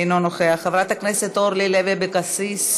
אינו נוכח, חברת הכנסת אורלי לוי אבקסיס,